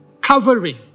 Covering